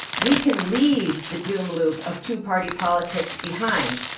we can leave the doom loop of two-party politics behind,